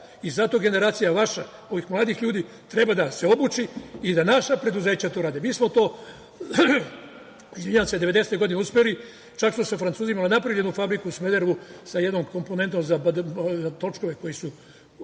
i zato generacija vaša, ovih mladih ljudi, treba da se obuči i da naša preduzeća to rade. Mi smo to devedesete godine uspeli. Čak smo se Francuzima, unapredili fabriku u Smederevu sa jednom komponentom za točkove koji su,